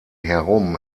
herum